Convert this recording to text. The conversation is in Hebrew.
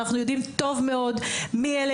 אנחנו יודעים טוב מאוד מי אלה.